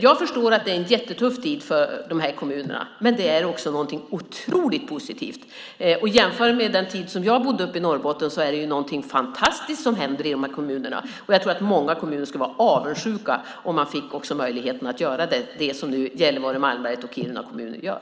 Jag förstår att det är en jättetuff tid för de här kommunerna, men det är också någonting otroligt positivt. Om jag jämför med den tid då jag bodde uppe i Norrbotten är det någonting fantastiskt som händer i de här kommunerna. Jag tror att många kommuner är avundsjuka och skulle vilja ha möjlighet att göra det som nu Gällivare, Malmberget och Kiruna kommuner gör.